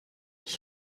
ich